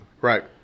right